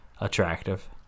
attractive